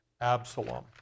Absalom